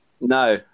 No